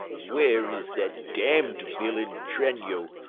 where is that damned villain, tranio,